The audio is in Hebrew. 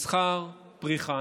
מסחר, פריחה.